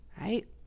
right